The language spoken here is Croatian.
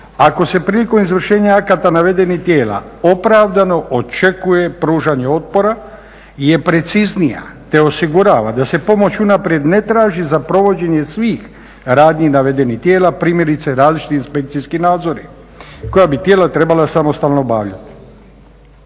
ako se prilikom izvršenja akata navedenih tijela opravdano očekuje pružanje otpora je preciznija te osigurava da se pomoć unaprijed ne traži za provođenje svih radnji navedenih tijela, primjerice različiti inspekcijski nadzori koja bi tijela trebala samostalno obavljati.